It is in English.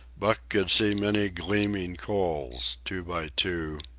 buck could see many gleaming coals, two by two,